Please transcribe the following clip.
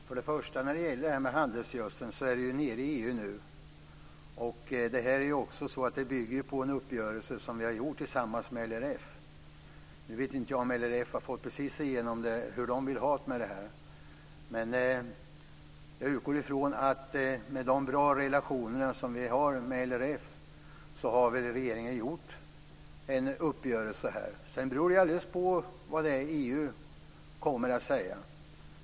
Fru talman! Frågan om handelsgödseln är nere i EU nu. Det här bygger på en uppgörelse som vi har gjort tillsammans med LRF. Nu vet jag inte om LRF har fått igenom precis hur de vill ha det med det här, men jag utgår ifrån att med de bra relationer som vi har med LRF så har regeringen gjort en uppgörelse här. Sedan beror det alldeles på vad EU kommer att säga.